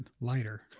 lighter